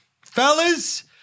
Fellas